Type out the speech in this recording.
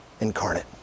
incarnate